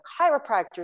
chiropractors